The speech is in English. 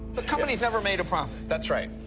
the company's never made a profit. that's right.